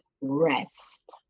Rest